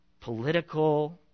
political